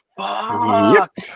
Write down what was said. Fuck